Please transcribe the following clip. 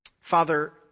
Father